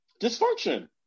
dysfunction